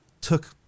took